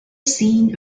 seen